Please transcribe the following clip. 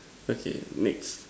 okay next